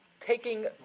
Taking